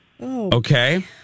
Okay